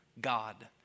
God